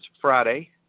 friday